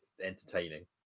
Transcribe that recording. entertaining